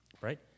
right